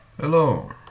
Hello